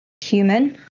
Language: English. human